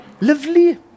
Lovely